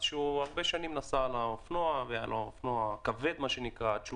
שהרבה מאוד שנים נסע על אופנוע כבד עד שהוא